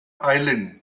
island